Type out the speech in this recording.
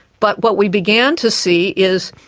but what we began to see is